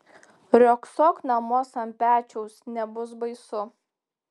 riogsok namuos ant pečiaus nebus baisu